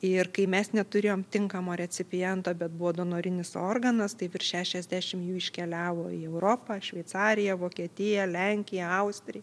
ir kai mes neturėjom tinkamo recipiento bet buvo donorinis organas tai virš šešiasdešimt jų iškeliavo į europą šveicariją vokietiją lenkiją austriją